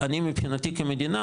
אני מבחינתי כמדינה,